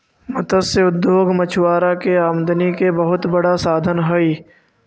मत्स्य उद्योग मछुआरा के आमदनी के बहुत बड़ा साधन हइ